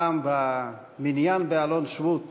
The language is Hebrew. פעם במניין באלון-שבות,